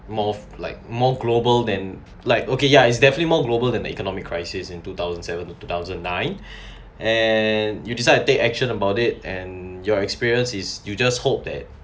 more of like more global than like okay yeah it's definitely more global than the economic crisis in two thousand seven to two thousand nine and you decide to take action about it and your experience is you just hope that